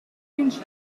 winch